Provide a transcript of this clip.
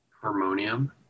Harmonium